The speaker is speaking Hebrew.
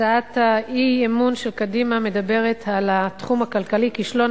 הצעת האי-אמון של קדימה מדברת על התחום הכלכלי: כישלון